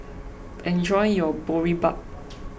enjoy your Boribap